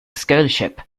scholarship